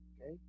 Okay